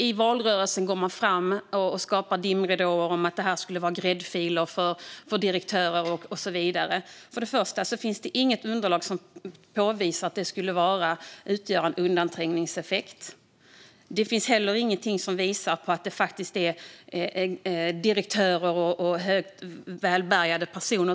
I valrörelsen går man fram och skapar dimridåer om att detta skulle vara gräddfiler för direktörer och så vidare. Till att börja med finns det inget underlag som påvisar att det skulle finnas någon undanträngningseffekt. Det finns heller ingenting som visar att detta skulle handla om direktörer och välbärgade personer.